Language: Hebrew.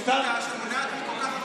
איפה שר האוצר?